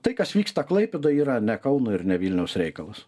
tai kas vyksta klaipėdoj yra ne kauno ir ne vilniaus reikalas